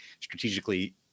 strategically